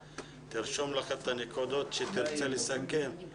תרשום לך את הנקודות בהן תרצה לסכם.